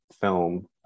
film